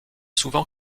souvent